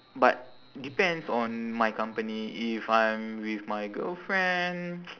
but depends on my company if I'm with my girlfriend